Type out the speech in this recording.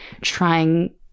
trying